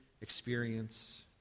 experience